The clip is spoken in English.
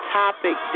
topic